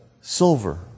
silver